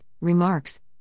remarks